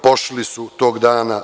Pošli su tog dana.